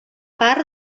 part